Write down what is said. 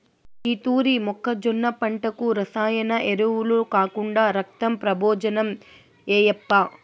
ఈ తూరి మొక్కజొన్న పంటకు రసాయన ఎరువులు కాకుండా రక్తం ప్రబోజనం ఏయప్పా